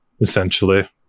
Essentially